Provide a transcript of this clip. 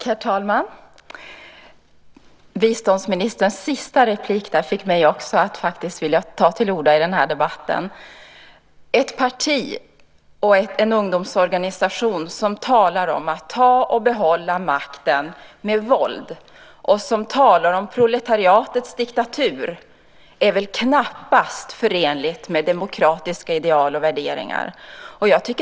Herr talman! Biståndsministerns senaste inlägg fick också mig att vilja ta till orda i debatten. Ett parti och en ungdomsorganisation som talar om att ta och behålla makten med våld och som talar om proletariatets diktatur är väl knappast förenligt med demokratiska ideal och värderingar.